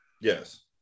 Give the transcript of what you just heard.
Yes